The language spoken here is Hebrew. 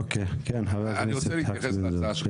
אני רוצה להתייחס להצעה.